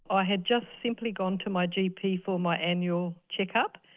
i had just simply gone to my gp for my annual check up,